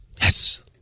Yes